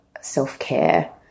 self-care